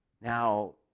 Now